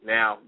Now